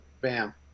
Bam